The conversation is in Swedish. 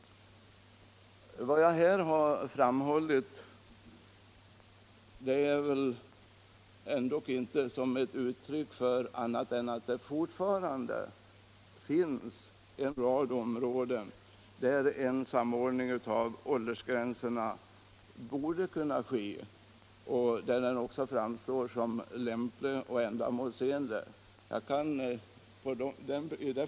Vad jag här har framhållit ger inte uttryck för annat än att det fortfarande finns en rad områden där en samordning av åldersgränserna borde kunna ske och där en sådan också framstår som lämplig och ändamålsenlig.